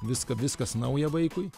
viską viskas nauja vaikui